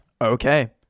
Okay